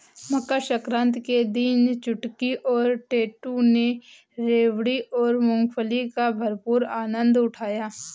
मकर सक्रांति के दिन चुटकी और टैटू ने रेवड़ी और मूंगफली का भरपूर आनंद उठाया